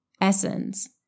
essence